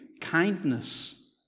kindness